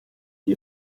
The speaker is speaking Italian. gli